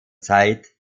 zeit